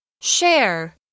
Share